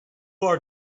are